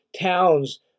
towns